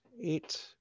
eight